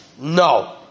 No